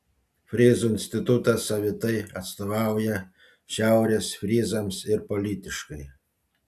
fryzų institutas savitai atstovauja šiaurės fryzams ir politiškai